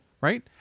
right